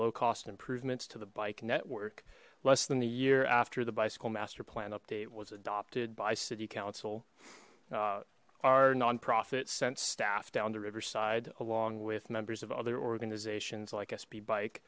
low cost improvements to the bike network less than a year after the bicycle master plan update was adopted by city council our non profit sent staff down the riverside along with members of other organizations like s